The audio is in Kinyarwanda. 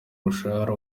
umushahara